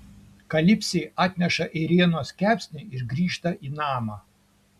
kalipsė atneša ėrienos kepsnį ir grįžta į namą